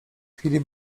filip